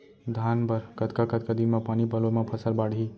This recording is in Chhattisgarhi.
धान बर कतका कतका दिन म पानी पलोय म फसल बाड़ही?